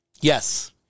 Yes